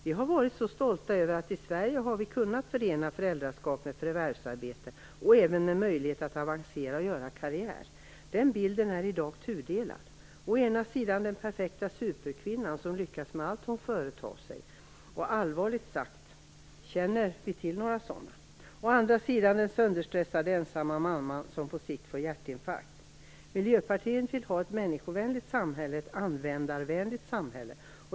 Vi har varit så stolta över att vi i Sverige har kunnat förena föräldraskap med förvärvsarbete och även med möjlighet att avancera och göra karriär. Den bilden är i dag tudelad. Å ena sidan finns den perfekta superkvinnan som lyckas med allt som hon företar sig. Men allvarligt talat, känner ni till några sådana kvinnor? Å andra sidan finns den sönderstressade ensamma mamman som på sikt får hjärtinfarkt. Miljöpartiet vill ha ett människovänligt och användarvänligt samhälle.